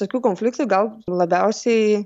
tokių konfliktų gal labiausiai